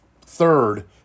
third